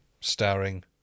starring